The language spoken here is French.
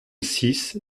six